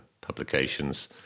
publications